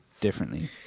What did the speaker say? differently